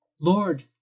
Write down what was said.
Lord